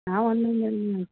ಅವನ